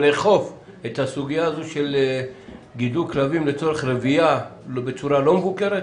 או לאכוף את הסוגיה הזו של גידול כלבים לצורך רבייה בצורה לא מבוקרת?